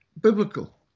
biblical